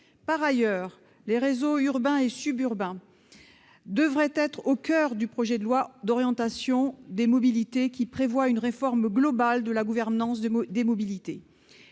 Par ailleurs, les réseaux urbains et suburbains devraient être au coeur du projet de loi d'orientation des mobilités, qui prévoit une réforme globale de la gouvernance des mobilités.